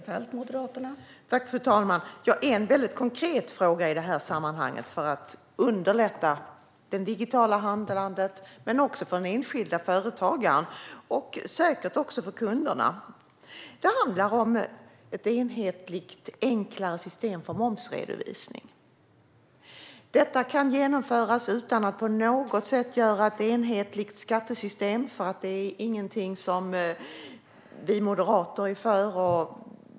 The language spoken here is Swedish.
Fru talman! En konkret fråga i sammanhanget för att underlätta det digitala handlandet men också för den enskilda företagaren, och säkert även för kunderna, handlar om ett enhetligt och enklare system för momsredovisning. Det kan genomföras utan att på något sätt leda till ett enhetligt skattesystem, för det är ingenting som vi moderater är för.